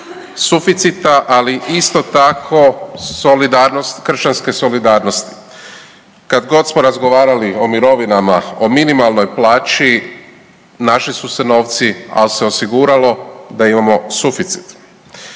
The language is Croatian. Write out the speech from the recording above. suficita, ali isto tako solidarnost, kršćanske solidarnosti. Kad god smo razgovarali o mirovinama, o minimalnoj plaći našli su se novci, ali se osiguralo da imamo suficit.